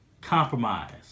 Compromise